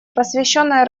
посвященная